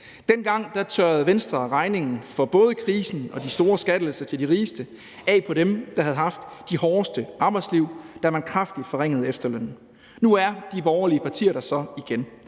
Dengang tørrede Venstre regningen for både krisen og de store skattelettelser til de rigeste af på dem, der havde haft de hårdeste arbejdsliv, da man kraftigt forringede efterlønnen. Nu er de borgerlige partier der så igen.